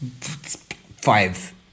five